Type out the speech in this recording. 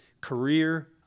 career